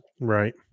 Right